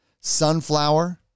sunflower